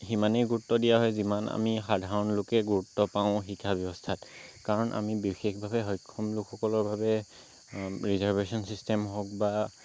সিমানেই গুৰুত্ব দিয়া হয় যিমান আমি সাধাৰণলোকে গুৰুত্ব পাওঁ শিক্ষা ব্যৱস্থাত কাৰণ আমি বিশেষভাৱে সক্ষম লোকসকলৰ বাবে ৰিজাৰ্ভেশ্য়ন চিষ্টেম হওঁক বা